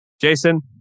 Jason